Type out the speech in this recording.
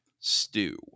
Stew